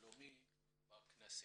הבינלאומי בכנסת.